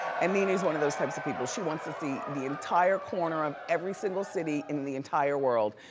and nene's one of those types of people. she wants to see the entire corner of every single city in the entire world.